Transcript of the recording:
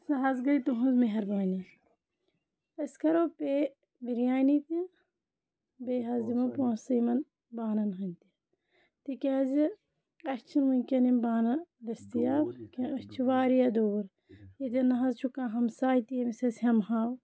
سُہ حظ گٔیٚے تُہٕںٛز مہربٲنی أسۍ کَرو پے بِریانی تہِ بیٚیہِ حظ دِمو پونٛسہٕ یِمَن بانَن ہٕنٛدۍ تِکیٛازِ اَسہِ چھِنہٕ وٕنکٮ۪ن یِم بانہٕ دٔستیاب کینٛہہ أسۍ چھِ واریاہ دوٗر ییٚتہِ نہ حظ چھُ کانٛہہ ہمساے تہِ یٔمِس أسۍ ہٮ۪مہٕ ہاو